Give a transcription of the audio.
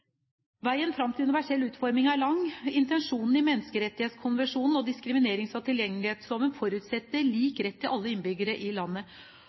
Veien fram til universell utforming er lang. Intensjonen i menneskerettighetskonvensjonen og diskriminerings- og tilgjengelighetsloven forutsetter lik rett til alle innbyggere i landet.